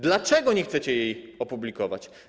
Dlaczego nie chcecie jej opublikować?